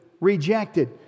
rejected